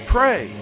Pray